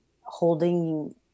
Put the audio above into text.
holding